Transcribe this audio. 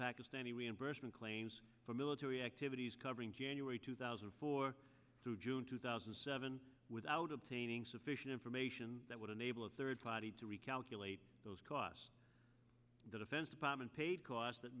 pakistani reimbursement claims for military activities covering january two thousand and four through june two thousand and seven without obtaining sufficient information that would enable a third party to recalculate those costs the defense department paid costs that